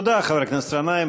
תודה, חבר הכנסת גנאים.